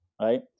right